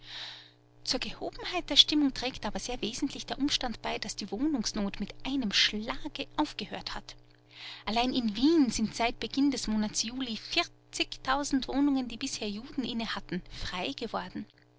zur gehobenheit der stimmung trägt aber sehr wesentlich der umstand bei daß die wohnungsnot mit einem schlage aufgehört hat allein in wien sind seit beginn des monates juli vierzigtausend wohnungen die bisher juden inne hatten frei geworden